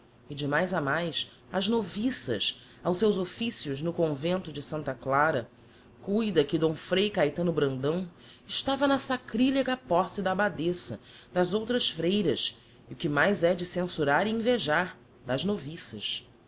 e de mais a mais as noviças aos seus officios no convento de santa clara cuida que d frei caetano brandão estava na sacrilega posse da abbadessa das outras freiras e o que mais é de censurar